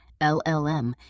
LLM